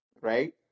right